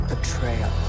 betrayal